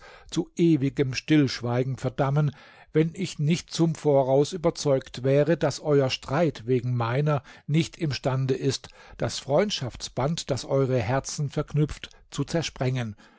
zu ewigem stillschweigen verdammen wenn ich nicht zum voraus überzeugt wäre daß euer streit wegen meiner nicht imstande ist das freundschaftsband das eure herzen verknüpft zu zersprengen